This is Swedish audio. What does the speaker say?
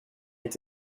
inte